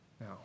Now